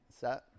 Set